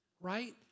Right